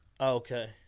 Okay